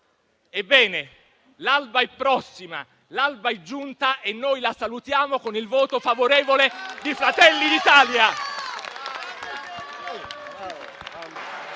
Ebbene l'alba è prossima, l'alba è giunta e noi la salutiamo con il voto favorevole di Fratelli d'Italia.